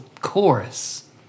chorus